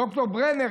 ד"ר ברנר,